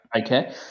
Okay